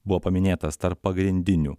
buvo paminėtas tarp pagrindinių